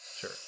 Sure